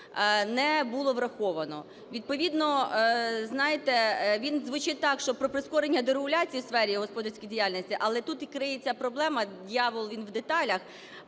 не було враховано. Відповідно, знаєте, він звучить так, що про прискорення дерегуляції у сфері господарської діяльності, але тут і криється проблема, диявол, він в деталях,